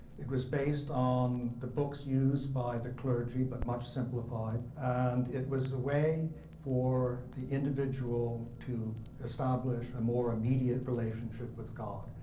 it was based on the books used by the clergy but much simplified. and it was a way for the individual to establish a more immediate relationship with god,